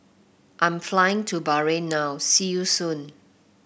I'm flying to Bahrain now see you soon